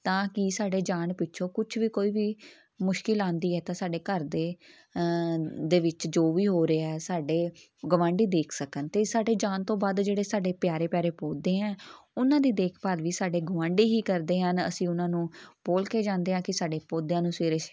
ਤਾਂ ਕੀ ਸਾਡੇ ਜਾਣ ਪਿੱਛੋਂ ਕੁਛ ਵੀ ਕੋਈ ਵੀ ਮੁਸ਼ਕਿਲ ਆਉਂਦੀ ਹੈ ਤਾਂ ਸਾਡੇ ਘਰ ਦੇ ਦੇ ਵਿੱਚ ਜੋ ਵੀ ਹੋ ਰਿਹਾ ਸਾਡੇ ਗਵਾਂਢੀ ਦੇਖ ਸਕਣ ਅਤੇ ਸਾਡੇ ਜਾਣ ਤੋਂ ਬਾਅਦ ਜਿਹੜੇ ਸਾਡੇ ਪਿਆਰੇ ਪਿਆਰੇ ਪੌਦੇ ਐਂ ਉਹਨਾਂ ਦੀ ਦੇਖਭਾਲ ਵੀ ਸਾਡੇ ਗੁਆਂਢੀ ਹੀ ਕਰਦੇ ਹਨ ਅਸੀਂ ਉਹਨਾਂ ਨੂੰ ਬੋਲ ਕੇ ਜਾਂਦੇ ਹਾਂ ਕਿ ਸਾਡੇ ਪੌਦਿਆਂ ਨੂੰ ਸਵੇਰੇ